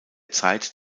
zeit